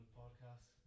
podcast